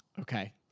okay